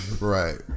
right